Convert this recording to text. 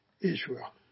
Israel